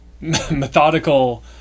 methodical